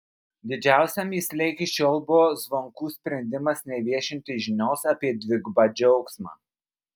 didžiausia mįsle iki šiol buvo zvonkų sprendimas neviešinti žinios apie dvigubą džiaugsmą